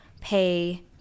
pay